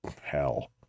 hell